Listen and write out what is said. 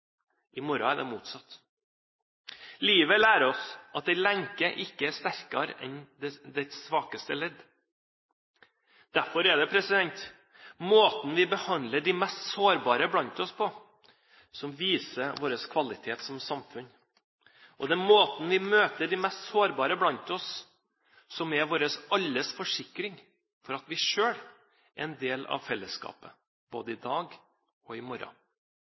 I morgen er det motsatt. Livet lærer oss at en lenke ikke er sterkere enn dens svakeste ledd. Derfor er det måten vi behandler de mest sårbare blant oss på, som viser vår kvalitet som samfunn. Det er måten vi møter de mest sårbare blant oss på, som er vår alles forsikring for at vi selv er en del av fellesskapet, både i dag og i morgen.